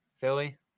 Philly